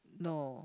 no